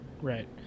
Right